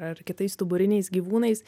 ar kitais stuburiniais gyvūnais